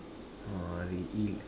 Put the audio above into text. !wah! they eat